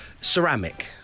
ceramic